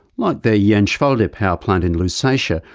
like their jaenschwalde power plant in lusatia,